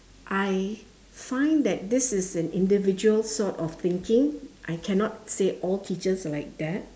I find that this is an individual sort of thinking I cannot say all teachers are like that